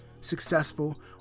successful